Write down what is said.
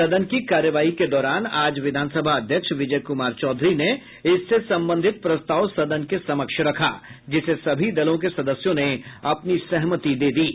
सदन की कार्यवाही के दौरान आज विधानसभा अध्यक्ष विजय कुमार चौधरी ने इससे संबंधित प्रस्ताव सदन के समक्ष रखा जिसे सभी दलों के सदस्यों ने अपनी सहमति दी है